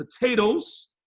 potatoes